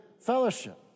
fellowship